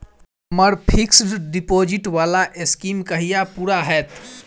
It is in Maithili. हम्मर फिक्स्ड डिपोजिट वला स्कीम कहिया पूरा हैत?